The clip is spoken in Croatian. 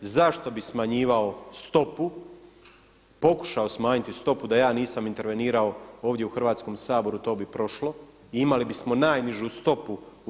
Zašto bi smanjivao stopu, pokušao smanjiti stopu da ja nisam intervenirao ovdje u Hrvatskom saboru to bi prošlo i imali bismo najnižu stopu u EU.